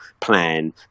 plan